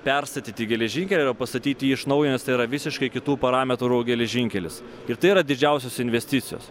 perstatyti geležinkelį ara pastatyti jį iš naujo nes tai yra visiškai kitų parametrų geležinkelis ir tai yra didžiausios investicijos